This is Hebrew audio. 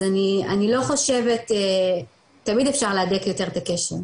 אז אני לא חושבת תמיד אפשר להדק יותר את הקשר,